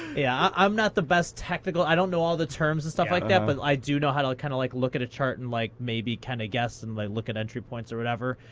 yeah, i'm not the best technical. i don't know all the terms and stuff like that, but i do know how to like kind of like look at a chart, and like maybe kind of guess, and like look at entry points, or whatever.